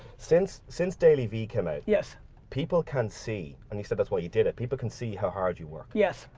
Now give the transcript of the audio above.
since since dailyvee came ah out people can see, and you said that's why you did it, people can see how hard you work. yes.